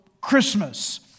Christmas